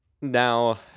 Now